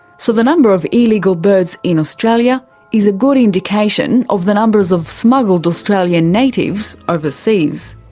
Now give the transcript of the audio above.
so the number of illegal birds in australia is a good indication of the numbers of smuggled australian natives overseas.